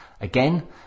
again